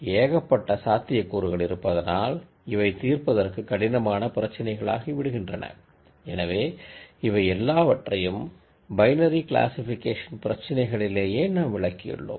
ஏகப்பட்ட சாத்தியக்கூறுகள் இருப்பதனால் இவை தீர்ப்பதற்கு கடினமான பிரச்சிச்னைகளாகிவிடுன்றன எனவே இவை எல்லாவற்றையும்பைனரி க்ளாசிக்பிகேஷன் பிரச்சினைகளிலேயே நாம் விளக்கியுள்ளோம்